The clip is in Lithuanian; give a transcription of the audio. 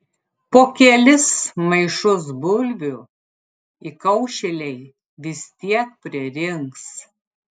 po kelis maišus bulvių įkaušėliai vis tiek pririnks